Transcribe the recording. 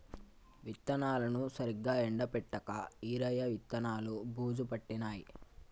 విత్తనాలను సరిగా ఎండపెట్టక ఈరయ్య విత్తనాలు బూజు పట్టినాయి